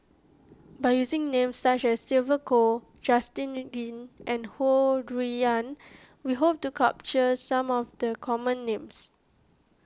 by using names such as Sylvia Kho Justin Lean and Ho Rui An we hope to capture some of the common names